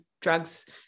drugs